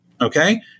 Okay